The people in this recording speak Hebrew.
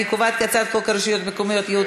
ההצעה להעביר את הצעת חוק הרשויות המקומיות (ייעוד